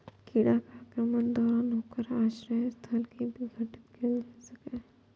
कीड़ा के आक्रमणक दौरान ओकर आश्रय स्थल कें विघटित कैल जा सकैए